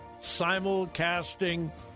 simulcasting